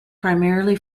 primarily